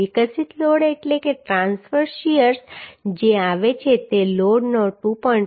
વિકસિત લોડ એટલે કે ટ્રાંસવર્સ શીયર જે આવે છે તે લોડના 2